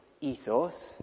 ethos